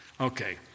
Okay